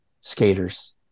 skaters